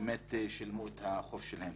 שבאמת שילמו את החוב שלהם.